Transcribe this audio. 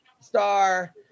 star